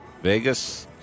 Vegas